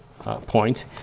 Point